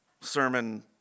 sermon